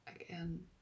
again